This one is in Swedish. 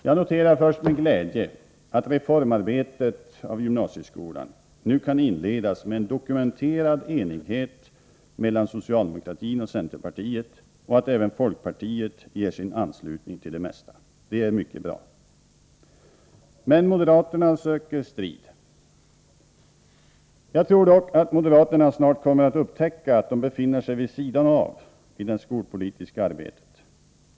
Jag noterar först med glädje att reformarbetet när det gäller gymnasieskolan nu kan inledas med en dokumenterad enighet mellan socialdemokratin och centerpartiet och att även folkpartiet ger sin anslutning till det mesta — det är mycket bra. Men moderaterna söker strid. Jag tror dock att moderaterna snart kommer att upptäcka att de befinner vid sidan av när det gäller det skolpolitiska arbetet.